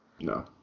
No